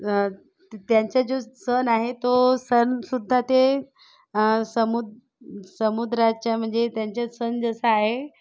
त्यांचा जो सण आहे तो सण सुद्धा ते समुद समुद्राच्या म्हणजे त्यांचा सण जसा आहे